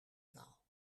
taal